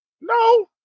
No